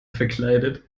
verkleidet